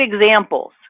examples